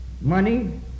money